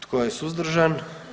Tko je suzdržan?